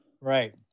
Right